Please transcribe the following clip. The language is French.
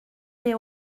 des